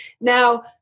Now